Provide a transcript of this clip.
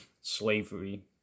slavery